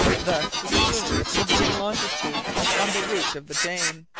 thus the schooner would be in longitude on the route of the jane.